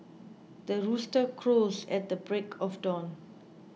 the rooster crows at the break of dawn